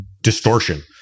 distortion